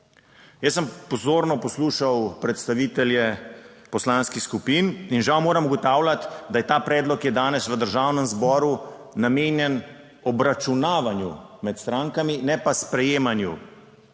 Jaz sem pozorno poslušal predstavitelje poslanskih skupin in žal moram ugotavljati, da je ta predlog, ki je danes v Državnem zboru, namenjen obračunavanju med strankami, ne pa sprejemanju